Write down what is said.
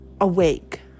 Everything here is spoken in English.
awake